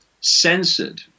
censored